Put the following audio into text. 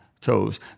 toes